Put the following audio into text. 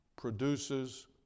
produces